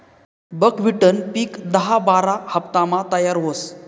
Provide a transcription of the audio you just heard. बकव्हिटनं पिक दहा बारा हाफतामा तयार व्हस